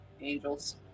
angels